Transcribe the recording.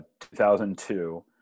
2002